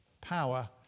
power